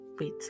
wait